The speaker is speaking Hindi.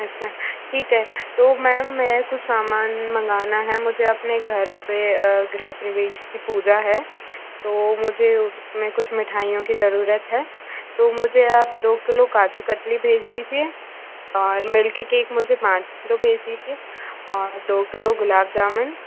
अच्छा ठीक है तो मैम में कुछ सामान मंगाना है मुझे अपने घर पर ग्रह प्रवेश कि पूजा है तो मुझे उस में कुछ मिठाइयों की ज़रूरत है तो मुझे आप दो किलो काजू कत्ली भेज दीजिए और मिल्क केक मुझे पाँच किलो भेज दीजिए और दो किलो गुलाब जामुन